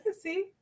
see